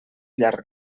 llarg